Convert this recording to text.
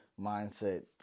mindset